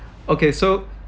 okay so